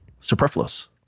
superfluous